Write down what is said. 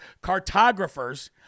cartographers